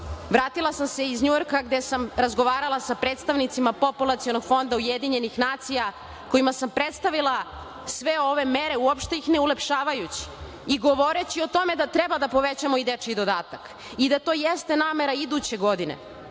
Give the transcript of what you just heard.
bavim. Vratila sam se iz Njujorka gde sam razgovarala sa predstavnicima Populacionog fonda UN kojima sam predstavila sve ove mere uopšte ne ulepšavajući ih i govoreći o tome da treba da povećamo i dečiji dodatak i da to jeste namera iduće godine,